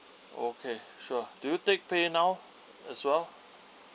okay sure do you take pay now as well